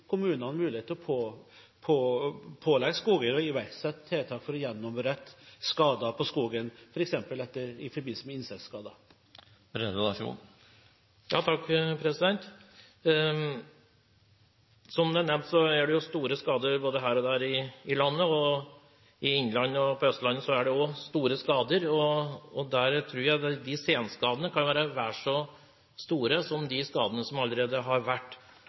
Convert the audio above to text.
kommunene mulighet til å pålegge skogeiere å iverksette tiltak for å gjenopprette skader på skogen, f.eks. i forbindelse med insektskader. Som det er nevnt, er det store skader både her og der i landet, også i innlandet og på Østlandet. Jeg tror senskadene kan være vel så store som de skadene som allerede er. Granbarkbiller, som vi hadde for noen år tilbake, ødela masse skog, og jeg er litt redd for at det kan